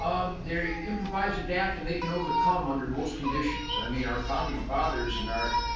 um they improvise, adapt and they can overcome under most conditions i mean, our founding fathers and